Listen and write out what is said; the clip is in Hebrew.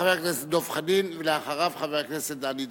חבר הכנסת דב חנין, ואחריו, חבר הכנסת דני דנון.